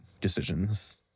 decisions